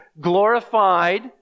glorified